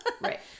Right